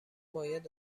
باید